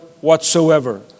whatsoever